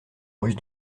ruse